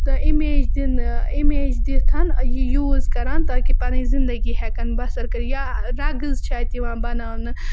تہٕ اِمیج دِنہٕ اِمیج دِتھ یہِ یوٗز کَران تاکہِ پَنٕنۍ زندگی ہٮ۪کَن بَسر کٔرِتھ یا رَگٕز چھِ اَتہِ یِوان بَناونہٕ